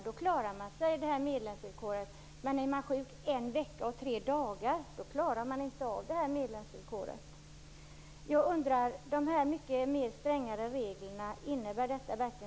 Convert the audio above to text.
Då klarar man medlemsvillkoret. Men är man sjuk i en vecka och tre dagar klarar man det inte. Innebär de här mycket strängare reglerna verkligen trygghet?